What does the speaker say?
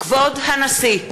כבוד הנשיא!